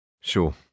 Sure